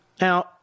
Now